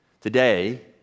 today